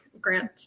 grant